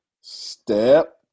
Step